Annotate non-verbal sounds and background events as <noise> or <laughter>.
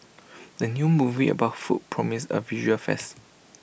<noise> the new movie about food promises A visual feast